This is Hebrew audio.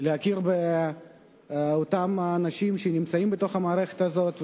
להכיר באותם אנשים שנמצאים במערכת הזאת.